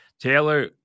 Taylor